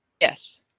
Yes